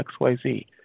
XYZ